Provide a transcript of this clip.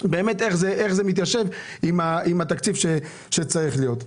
באמת איך זה מתיישב עם התקציב שצריך להיות.